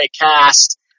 cast